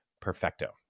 perfecto